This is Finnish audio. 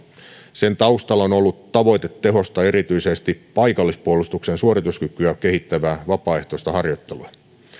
sen taustalla on ollut tavoite tehostaa erityisesti paikallispuolustuksen suorituskykyä kehittävää vapaaehtoista harjoittelua